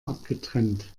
abgetrennt